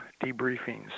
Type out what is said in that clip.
debriefings